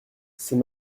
c’est